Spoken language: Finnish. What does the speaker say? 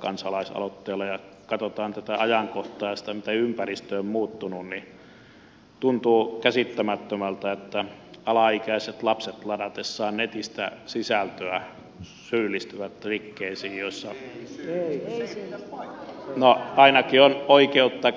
kun katsotaan tätä ajankohtaa ja sitä miten ympäristö on muuttunut niin tuntuu käsittämättömältä että alaikäiset lapset ladatessaan netistä sisältöä syyllistyvät rikkeisiin no ainakin on oikeutta